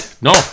no